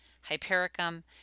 hypericum